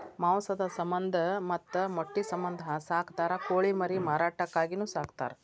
ಮಾಂಸದ ಸಮಂದ ಮತ್ತ ಮೊಟ್ಟಿ ಸಮಂದ ಸಾಕತಾರ ಕೋಳಿ ಮರಿ ಮಾರಾಟಕ್ಕಾಗಿನು ಸಾಕತಾರ